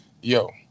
Yo